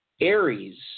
Aries